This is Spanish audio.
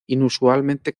inusualmente